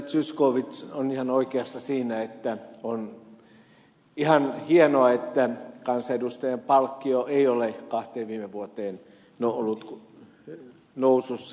zyskowicz on ihan oikeassa siinä että on ihan hienoa että kansanedustajan palkkio ei ole kahteen viime vuoteen ollut nousussa